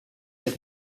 that